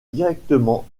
directement